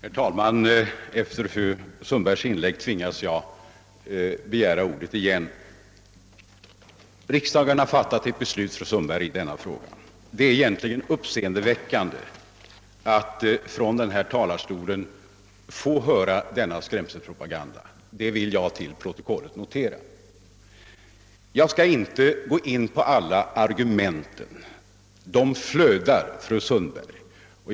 Herr talman! Efter fru Sundbergs inlägg tvingas jag åter begära ordet. Riksdagen har fattat ett beslut, fru Sundberg, i denna fråga. Det är då egentligen uppseendeväckande att från denna talarstol få höra denna skrämselpropaganda. Det vill jag notera till protokollet. Jag skall inte gå in på alla argument. De flödar, fru Sundberg.